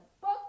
Book